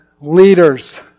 Leaders